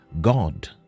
God